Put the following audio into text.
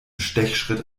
stechschritt